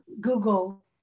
Google